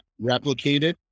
replicated